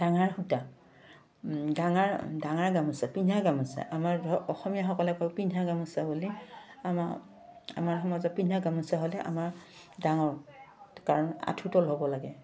ডাঙৰ সূতা ডাঙৰ ডাঙৰ গামোচা পিন্ধা গামোচা আমাৰ ধৰক অসমীয়াসকলে কয় পিন্ধা গামোচা বুলি আমাৰ আমাৰ সমাজত পিন্ধা গামোচা হ'লে আমাৰ ডাঙৰ কাৰণ আঠুতল হ'ব লাগে